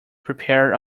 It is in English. prepared